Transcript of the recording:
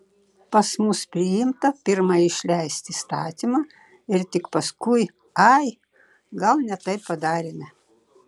pas mus priimta pirma išleisti įstatymą ir tik paskui ai gal ne taip padarėme